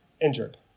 injured